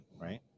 Right